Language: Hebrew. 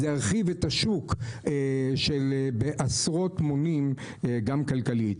זה ירחיב את השוק בעשרות מונים גם כלכלית.